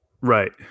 Right